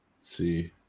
see